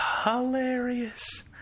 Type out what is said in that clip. Hilarious